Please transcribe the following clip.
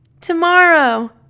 tomorrow